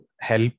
help